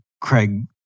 Craig